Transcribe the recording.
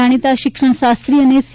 જાણીતા શિક્ષણશાસ્ત્રી અને સી